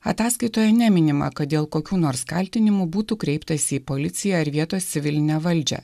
ataskaitoje neminima kad dėl kokių nors kaltinimų būtų kreiptasi į policiją ir vietos civilinę valdžią